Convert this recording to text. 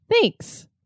Thanks